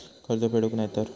कर्ज फेडूक नाय तर?